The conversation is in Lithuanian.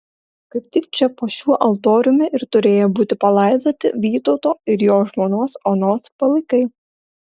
kaip tik čia po šiuo altoriumi ir turėję būti palaidoti vytauto ir jo žmonos onos palaikai